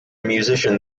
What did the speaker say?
musician